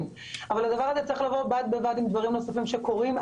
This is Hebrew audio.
אבל הדבר הזה צריך לבוא בד בבד עם דברים נוספים שקורים,